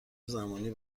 زمانی